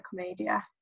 Commedia